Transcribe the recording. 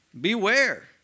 beware